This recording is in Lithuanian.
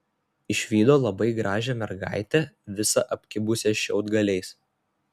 išvydo labai gražią mergaitę visą apkibusią šiaudgaliais